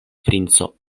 princo